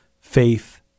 faith